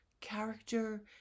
character